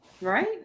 Right